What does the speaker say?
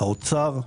האוצר,